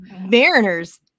Mariners